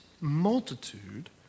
multitude